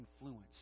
influence